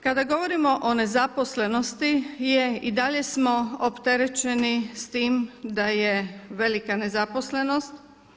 Kada govorimo o nezaposlenosti i dalje smo opterećeni s tim da je velika nezaposlenost.